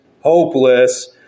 hopeless